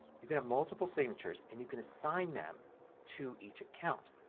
you can have multiple signatures and you can assign them to each account.